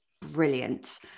brilliant